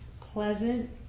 pleasant